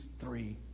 three